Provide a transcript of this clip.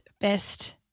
best